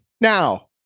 now